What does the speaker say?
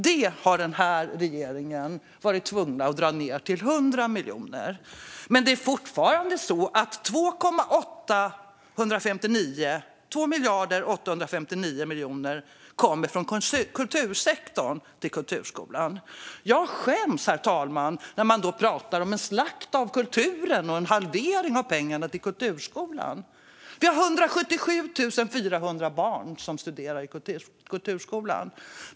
Det har den här regeringen varit tvungen att dra ned till 100 miljoner. Med det är fortfarande så att 2 859 000 000 kronor kommer från kultursektorn till kulturskolan. Jag tycker att det skamligt, herr talman, att man då pratar om en slakt av kulturen och en halvering av pengarna till kulturskolan. Vi har 177 400 barn som studerar i kulturskolan.